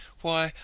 why,